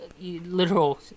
literal